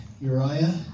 Uriah